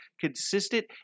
consistent